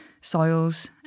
soils